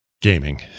gaming